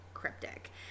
cryptic